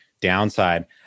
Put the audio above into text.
downside